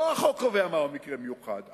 לא החוק קובע מהו מקרה מיוחד.